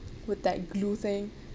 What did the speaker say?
with that glue thing